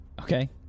okay